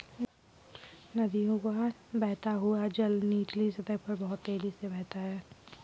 नदियों का बहता हुआ जल निचली सतह पर बहुत तेजी से बहता है